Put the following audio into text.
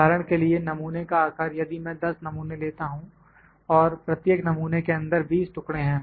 उदाहरण के लिए नमूने का आकार यदि मैं 10 नमूने लेता हूं और प्रत्येक नमूने के अंदर 20 टुकड़े हैं